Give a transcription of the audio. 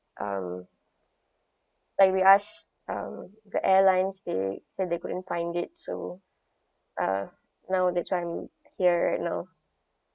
um like we ask um the airlines they said they couldn't find it so uh well that's why I'm here right now